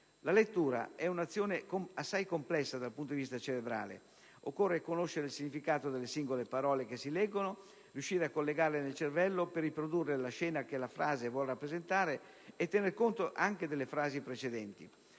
La lettura è un'azione assai complessa dal punto di vista cerebrale. Occorre conoscere il significato delle singole parole che si leggono e riuscire a collegarle nel cervello per riprodurre la scena che la frase vuol rappresentare, tenendo conto anche delle frasi precedenti.